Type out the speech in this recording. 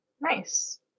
Nice